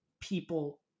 people